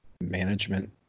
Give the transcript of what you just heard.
management